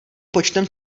počtem